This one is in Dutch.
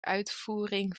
uitvoering